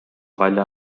välja